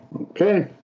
Okay